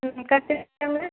ம் கேரட்டு இருக்காங்க